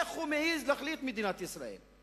איך הוא מעז להחליט על מדינת ישראל?